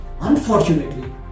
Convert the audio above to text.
unfortunately